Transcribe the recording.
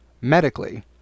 medically